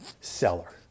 seller